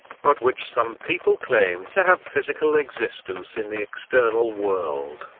but which some people claim to have physical existence in the external world,